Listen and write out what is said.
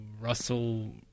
Russell